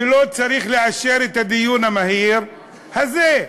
שלא צריך לאשר את הדיון המהיר הזה.